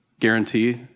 Guarantee